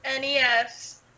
NES